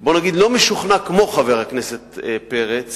לא משוכנע כמו חבר הכנסת פרץ